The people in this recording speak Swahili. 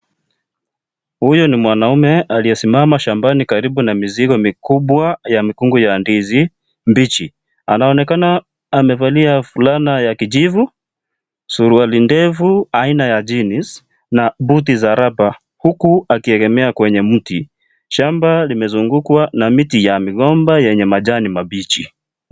Huyu ni mwanaume aliyesimama shambani karibu na mizigo mikubwa ya mikungu ya ndizi mbichi. Anaonekana amevalia fulana ya kijivu, suruali ndefu aina ya (cs)jeans(cs) na buti za raba huku akiegemea kwenye mti. Shamba limezungukwa na miti ya migomba yenye majani mabichi.